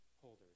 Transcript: holders